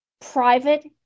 private